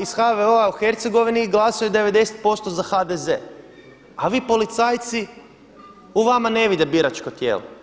iz HVO-a u Hercegovini glasaju 90% za HDZ, a vi policajci u vama ne vide biračko tijelo.